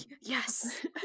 Yes